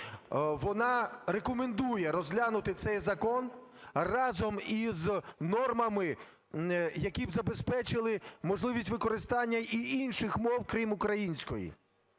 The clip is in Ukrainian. вона рекомендує розглянути цей закон разом із нормами, які б забезпечили можливість використання і інших мов, крім української.